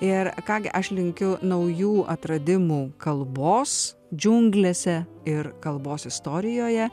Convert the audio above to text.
ir ką gi aš linkiu naujų atradimų kalbos džiunglėse ir kalbos istorijoje